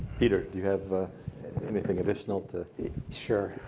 peter, do you have anything additional to sure.